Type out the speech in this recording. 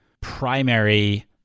primary